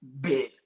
big